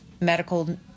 medical